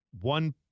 one